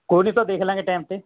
ਕੋਈ ਨਹੀਂ ਸਰ ਦੇਖ ਲਵਾਂਗੇ ਟੈਮ 'ਤੇ